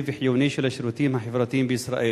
וחיוני של השירותים החברתיים בישראל.